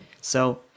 So-